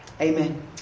Amen